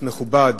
מכובד,